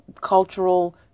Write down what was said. cultural